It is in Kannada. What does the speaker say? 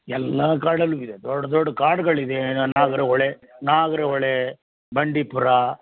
ಎಲ್ಲ ಕಾಡಲ್ಲು ಇದೆ ದೊಡ್ಡ ದೊಡ್ಡ ಕಾಡುಗಳಿವೆ ನಾಗರಹೊಳೆ ನಾಗರಹೊಳೆ ಬಂಡೀಪುರ